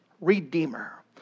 redeemer